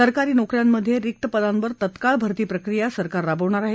सरकारी नोक यांमधे रिक्त पदांवर तत्काळ भर्ती प्रक्रिया सरकार राबवणार आहे